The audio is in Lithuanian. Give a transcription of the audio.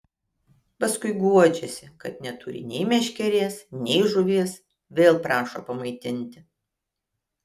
paskui guodžiasi kad neturi nei meškerės nei žuvies vėl prašo pamaitinti